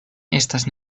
estas